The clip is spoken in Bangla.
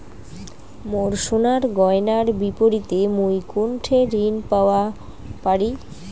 মোর সোনার গয়নার বিপরীতে মুই কোনঠে ঋণ পাওয়া পারি?